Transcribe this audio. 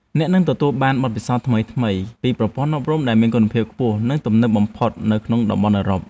អ្នកនឹងទទួលបានបទពិសោធន៍ថ្មីៗពីប្រព័ន្ធអប់រំដែលមានគុណភាពខ្ពស់និងទំនើបបំផុតនៅក្នុងតំបន់អឺរ៉ុប។